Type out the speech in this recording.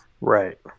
Right